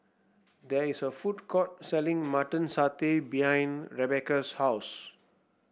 there is a food court selling Mutton Satay behind Rebecca's house